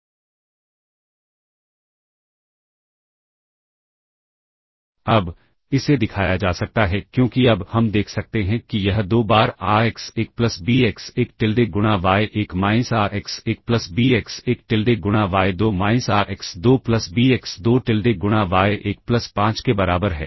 अब इसे दिखाया जा सकता है क्योंकि अब हम देख सकते हैं कि यह दो बार a x 1 plus b x 1 tilde गुणा y 1 minus a x 1 plus b x 1 tilde गुणा y 2 minus a x 2 plus b x 2 tilde गुणा वाय 1 प्लस 5 के बराबर है